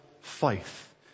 faith